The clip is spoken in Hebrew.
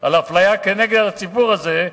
על אפליה כנגד הציבור הזה.